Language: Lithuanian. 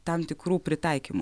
tam tikrų pritaikymų